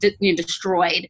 destroyed